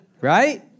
right